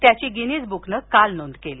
त्याची गिनिज बुकन काल नोंद केली